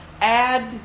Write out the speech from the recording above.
add